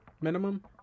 minimum